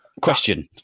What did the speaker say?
Question